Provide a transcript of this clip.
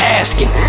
asking